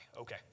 Okay